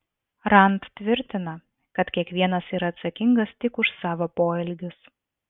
rand tvirtina kad kiekvienas yra atsakingas tik už savo poelgius